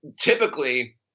typically